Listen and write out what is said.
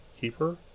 keeper